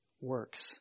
works